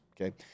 Okay